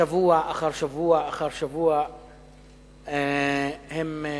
שבוע אחר שבוע הם פורצים.